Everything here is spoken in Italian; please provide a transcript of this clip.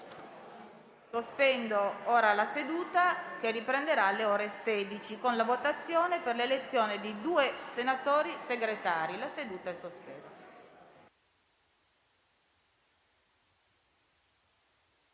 Sospendo la seduta, che riprenderà alle ore 16, con la votazione per l'elezione di due senatori Segretari. *(La seduta, sospesa